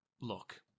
Look